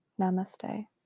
Namaste